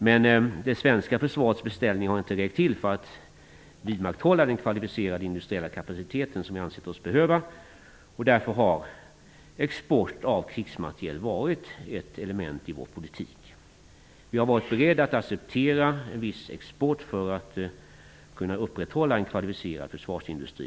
Men det svenska försvarets beställningar har inte räckt till för att vidmakthålla den kvalificerade industriella kapacitet som vi ansett oss behöva. Därför har export av krigsmateriel varit ett element i vår politik. Vi har varit beredda att acceptera en viss export för att kunna upprätthålla en kvalificerad försvarsindustri.